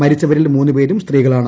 മരിച്ചവരിൽ പേരെ മൂന്നുപേരും സ്ത്രീകളാണ്